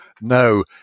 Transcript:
No